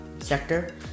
sector